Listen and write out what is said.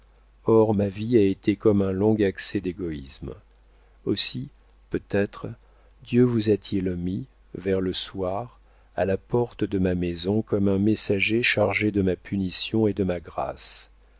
or ma vie a été comme un long accès d'égoïsme aussi peut-être dieu vous a-t-il mis vers le soir à la porte de ma maison comme un messager chargé de ma punition et de ma grâce